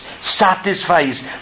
satisfies